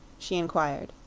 she inquired.